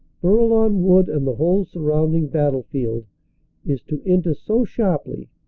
bourlon wood and the whole surrounding battlefield is to enter so sharply,